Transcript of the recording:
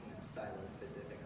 silo-specific